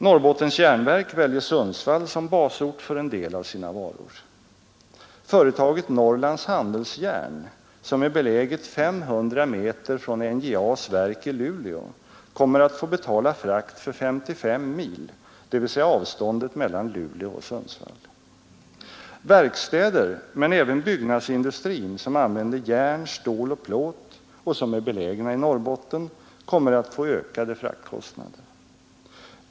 Norrbottens Järnverk väljer Sundsvall som basort för en del av sina varor. Företaget Norrlands handelsjärn, som är beläget 500 meter från NJA:s verk i Luleå, kommer att få betala frakt för 55 mil, dvs. avståndet mellan Luleå och Sundsvall Verkstäder, men även byggnadsindustrin, som använder järn, stål och plåt och som är belägna i Norrbotten kommer att få ökade fraktkostnader.